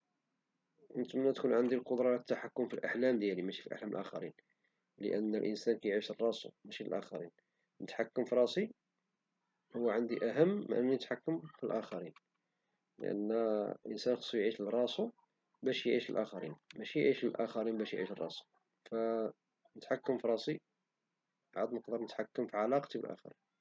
نفضل تكون عندي قدرة في الحكم في الأحلام ديالي وماشي الأحلام ديال الآخرين لأن الإنسان كيعيش لراسو ماشي الآخرين، نتحكم في راسي هو عندي أهم من أنني نتحكم في الآخرين، فالانسان خصو يعيش لراسو باش يعيش مع الآخرين، ماشي، نتحكم في راسي عاد باش نقدر نتحكم في علاقتي بالآخرين.